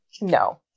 No